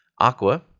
Aqua